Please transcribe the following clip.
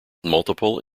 multiple